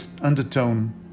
undertone